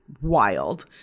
wild